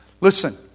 Listen